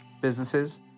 businesses